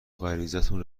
غریزتون